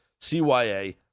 CYA